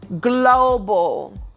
global